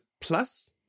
Plus